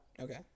Okay